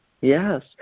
yes